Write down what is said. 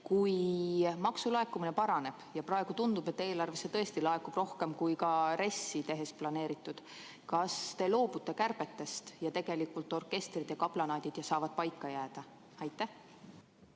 Kui maksulaekumine paraneb – ja praegu tundub, et eelarvesse laekub rohkem, kui RES‑i tehes planeeriti –, siis kas te loobute kärbetest ja tegelikult orkestrid ja kaplanaat saavad paika jääda? Aitäh,